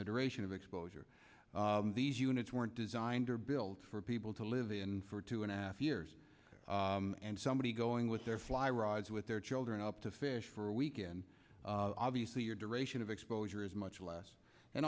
the duration of exposure these units weren't designed or built for people to live in for two and a half years and somebody going with their fly rods with their children up to fish for a weekend obviously your duration of exposure is much less and